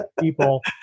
people